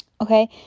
Okay